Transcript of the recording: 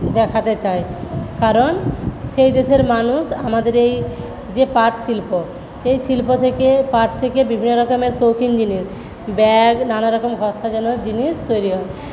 দেখাতে চাই কারণ সেই দেশের মানুষ আমাদের এই যে পাট শিল্প এই শিল্প থেকে পাট থেকে বিভিন্ন রকমের শৌখিন জিনিস ব্যাগ নানারকম ঘর সাজানোর জিনিস তৈরি হয়